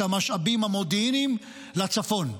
את המשאבים המודיעיניים בצפון.